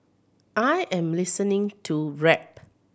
I am listening to rap